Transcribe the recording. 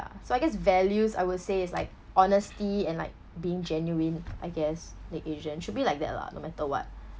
so I guess values I would say is like honesty and like being genuine I guess the agent should be like that lah no matter what